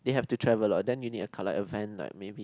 they have to travel a lot then you need a collect a van like maybe